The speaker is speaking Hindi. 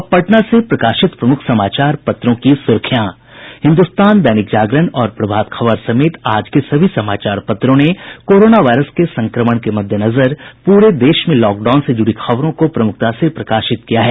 अब पटना से प्रकाशित प्रमुख समाचार पत्रों की सुर्खियां हिन्दुस्तान दैनिक जागरण और प्रभात खबर समेत आज के सभी समाचारों ने कोरोना वायरस के संक्रमण के मद्देनजर पूरे देश में लॉक डाउन से जुड़ी खबरों को प्रमुखता से प्रकाशित किया है